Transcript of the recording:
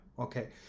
Okay